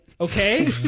Okay